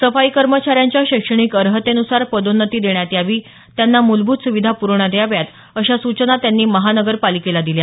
सफाई कर्मचार्यांच्या शैक्षणिक अर्हतेनुसार पदोन्नती देण्यात यावी त्यांना मुलभूत सुविधा पुरवण्यात याव्या अशा सूचना त्यांनी महानगरपालिकेला दिल्या